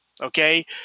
Okay